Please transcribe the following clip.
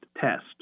test